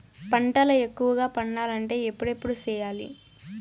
పంటల ఎక్కువగా పండాలంటే ఎప్పుడెప్పుడు సేయాలి?